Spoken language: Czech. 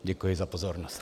Děkuji za pozornost.